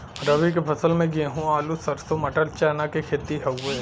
रबी के फसल में गेंहू, आलू, सरसों, मटर, चना के खेती हउवे